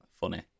Funny